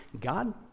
God